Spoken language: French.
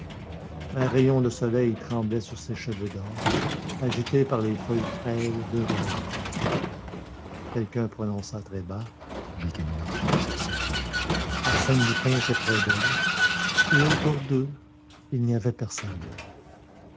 un rayon de soleil tremblait sur ses cheveux d'or agité par les feuilles frêles d'un bambou quelqu'un prononça très bas j'ai tenu ma promesse de cette nuit arsène lupin était près d'elle et autour d'eux il n'y avait personne